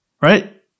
Right